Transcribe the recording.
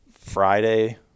Friday